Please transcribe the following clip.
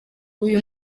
uyu